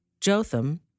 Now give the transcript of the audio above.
Jotham